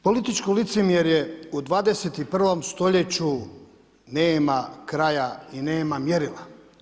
Političko licemjerje u 21. stoljeću nema kraja i nema mjerila.